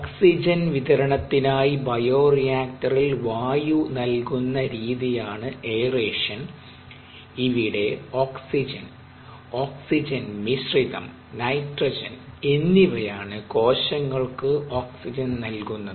oxygen വിതരണത്തിനായി bio റിയാക്ടറിൽ വായു നൽകുന്ന രീതിയാണ് എയറേഷൻ ഇവിടെ ഓക്സിജൻ ഓക്സിജൻ മിശ്രിതം നൈട്രജൻ എന്നിവയാണ് കോശങ്ങൾക്ക് ഓക്സിജൻ നൽകുന്നത്